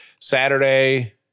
Saturday